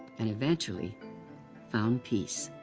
and eventually found peace.